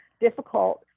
difficult